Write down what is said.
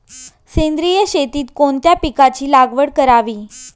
सेंद्रिय शेतीत कोणत्या पिकाची लागवड करावी?